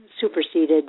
superseded